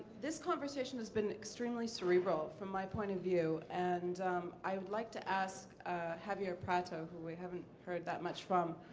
this conversation has been extremely cerebral from my point of view. and i would like to ask javier prato, who we haven't heard that much from,